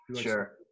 Sure